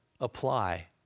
apply